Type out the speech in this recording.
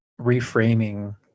reframing